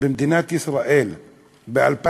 במדינת ישראל ב-2016,